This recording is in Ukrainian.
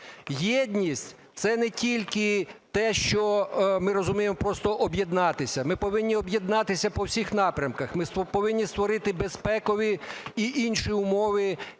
Єдність – це не тільки те, що ми розуміємо просто об'єднатися, ми повинні об'єднатися по всіх напрямках, ми повинні створити безпекові і інші умови